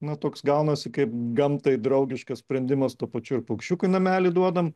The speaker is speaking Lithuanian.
na toks gaunasi kaip gamtai draugiškas sprendimas tuo pačiu ir paukščiukui namelį duodam